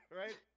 right